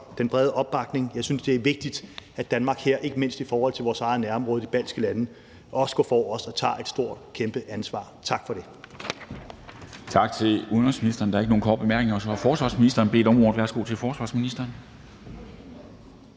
den brede opbakning. Jeg synes, det er vigtigt, at Danmark her, ikke mindst i forhold til vores eget nærområde, de baltiske lande, også går forrest og tager et kæmpestort ansvar. Tak for det.